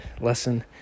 lesson